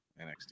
NXT